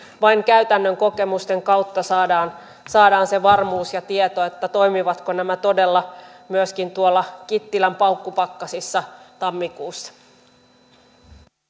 vain käytännön kokemusten kautta saadaan saadaan se varmuus ja tieto toimivatko nämä todella myöskin kittilän paukkupakkasissa tammikuussa